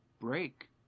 break